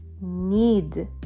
need